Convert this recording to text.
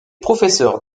professeur